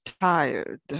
tired